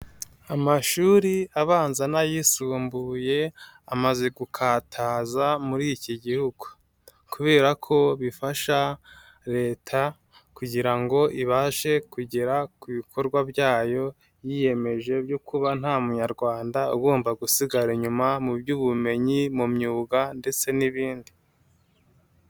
Amashuri abanza n'ayisumbuye, amaze gukataza muri iki gihugu. Kubera ko bifasha Leta, kugira ngo ibashe kugera ku bikorwa byayo yiyemeje byo kuba nta munyarwanda ugomba gusigara inyuma mu by'ubumenyi, mu myuga ndetse n'ibindi.